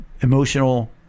emotional